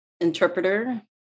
interpreter